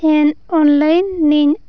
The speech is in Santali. ᱴᱷᱮᱱ ᱚᱱᱞᱟᱭᱤᱱᱤᱧ